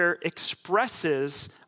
expresses